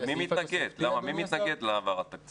מי מתנגד להעברת תקציב?